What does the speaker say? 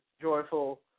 joyful